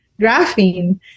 graphene